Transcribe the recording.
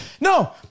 No